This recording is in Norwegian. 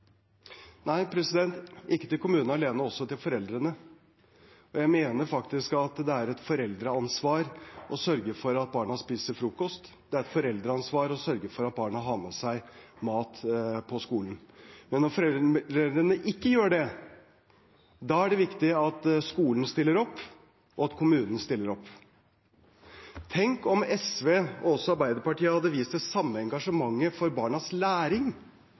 ikke til kommunene alene, også til foreldrene – jeg mener at det er et foreldreansvar å sørge for at barna spiser frokost. Det er et foreldreansvar å sørge for at barna har med seg mat på skolen. Men når foreldrene ikke gjør det, er det viktig at skolen stiller opp, og at kommunen stiller opp. Tenk om SV – og også Arbeiderpartiet – hadde vist det samme engasjementet for barnas læring